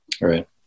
Right